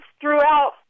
throughout